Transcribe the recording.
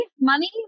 money